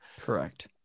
Correct